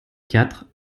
quatre